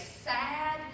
sad